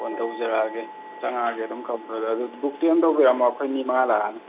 phone ꯇꯧꯖꯔꯛꯑꯒꯦ ꯆꯪꯉꯛꯑꯒꯦ ꯑꯗꯨꯝ ꯀꯛꯄꯗꯣ ꯑꯗꯣ ꯕꯨꯛꯇꯤ ꯑꯗꯨꯝ ꯇꯧꯕꯤꯔꯝꯃꯣ ꯑꯩꯈꯣꯏ ꯃꯤ ꯃꯉꯥ ꯂꯥꯛꯑꯅꯤ